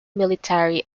military